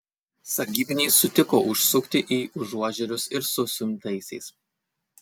sargybiniai sutiko užsukti į užuožerius ir su suimtaisiais